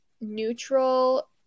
neutral